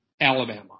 Alabama